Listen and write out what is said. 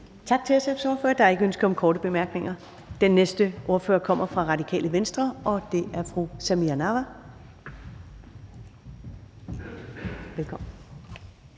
og til Socialistisk Folkeparti. Der er ikke korte bemærkninger. Den næste ordfører kommer fra Radikale Venstre, og det er fru Katrine Robsøe. Velkommen.